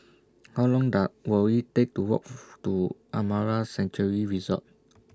How Long Will IT Take to Walk to Amara Sanctuary Resort